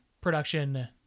production